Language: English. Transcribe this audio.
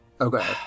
Okay